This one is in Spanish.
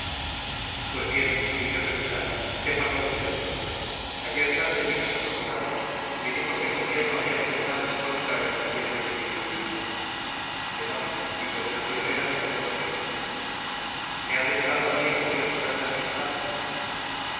pues bien mi querido capitán sépalo usted todo ayer tarde vino mi procurador y me dijo que el gobierno había decretado en contra el expediente de mi viudedad demonio y por esa friolera se apura usted me ha denegado a mí el gobierno tantas instancias